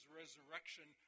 resurrection